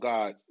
God